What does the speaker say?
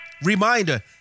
Reminder